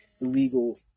Illegal